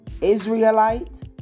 Israelite